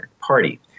party